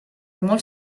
molts